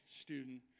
student